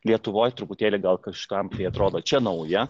lietuvoj truputėlį gal kažkam atrodo čia nauja